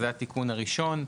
אז זה התיקון הראשון.